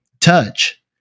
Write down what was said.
touch